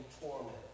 torment